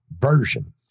version